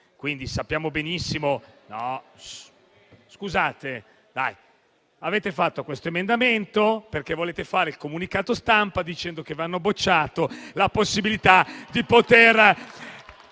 Lo sappiamo benissimo, colleghi: avete fatto quest'emendamento perché volete fare un comunicato stampa dicendo che vi hanno bocciato la possibilità di trovare